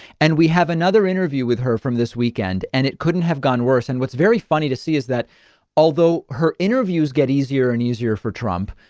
and we have another interview with her from this weekend. and it couldn't have gone worse. and what's very funny to see is that although her interviews get easier and easier for trump,